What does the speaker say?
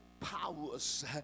powers